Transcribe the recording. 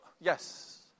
yes